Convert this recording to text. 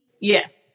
Yes